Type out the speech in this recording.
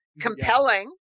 compelling